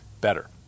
better